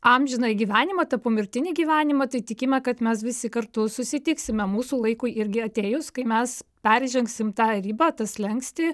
amžinąjį gyvenimą tą pomirtinį gyvenimą tai tikime kad mes visi kartu susitiksime mūsų laikui irgi atėjus kai mes peržengsim tą ribą tą slenkstį